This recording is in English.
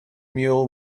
mule